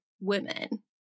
women